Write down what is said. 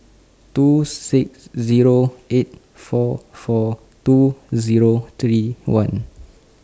two six Zero eight four four two Zero three one